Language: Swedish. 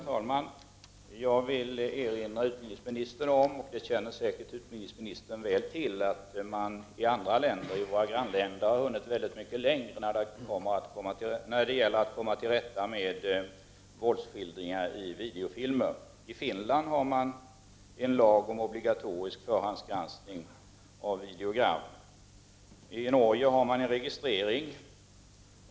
Herr talman! Jag vill erinra utbildningsministern om — det känner utbildningsministern säkert till — att man i andra länder, våra grannländer, hunnit väldigt mycket längre när det gäller att komma till rätta med våldsskildringar i videofilmer. I Finland har man en lag om obligatorisk förhandsgranskning av videogram. I Norge har man registrering.